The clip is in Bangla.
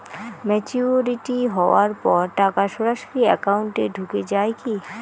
ম্যাচিওরিটি হওয়ার পর টাকা সরাসরি একাউন্ট এ ঢুকে য়ায় কি?